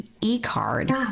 e-card